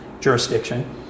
jurisdiction